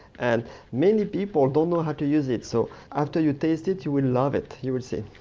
and many people don't know how to use it, so after you taste it, you will love it. you will see.